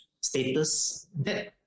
status—that